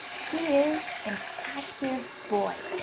he is an active boy.